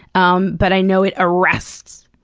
um but i know it arrests.